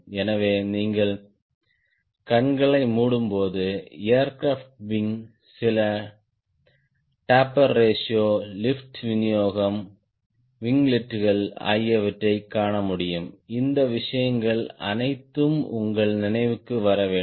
எனவே நீங்கள் கண்களை மூடும்போது ஏர்கிராப்ட் விங் சில டேப்பர் ரேஷியோ லிப்ட் விநியோகம் விங்லெட்டுகள் ஆகியவற்றைக் காண முடியும் இந்த விஷயங்கள் அனைத்தும் உங்கள் நினைவுக்கு வர வேண்டும்